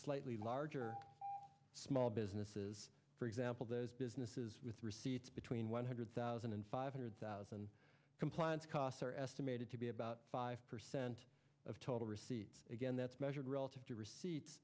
slightly larger small businesses for example those businesses with receipts between one hundred thousand and five hundred thousand compliance costs are estimated to be about five percent of total receipts again that's measured relative to receipts